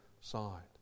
side